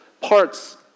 parts